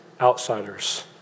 outsiders